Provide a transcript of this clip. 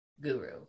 guru